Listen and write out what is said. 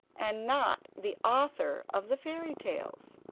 and not the author of the fairy tales,